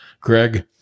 Greg